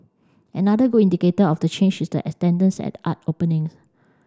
another good indicator of the change is the attendance at art openings